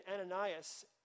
Ananias